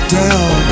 down